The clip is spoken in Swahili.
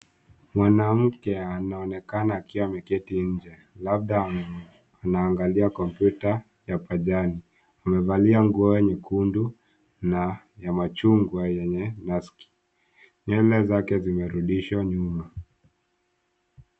Mwanamke anaonekana akiwa ameketi nje labda anaangalia kompyuta ya pajani. Amevalia nguo nyekundu na ya machungwa yenye naski .Nywele zake zimerudishwa nyuma.